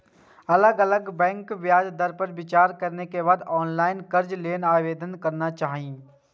अलग अलग बैंकक ब्याज दर पर विचार करै के बाद ऑनलाइन कर्ज लेल आवेदन करना चाही